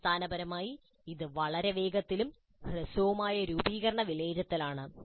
അടിസ്ഥാനപരമായി ഇത് വളരെ വേഗത്തിലും ഹ്രസ്വവുമായ രൂപീകരണ വിലയിരുത്തലാണ്